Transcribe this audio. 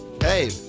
Hey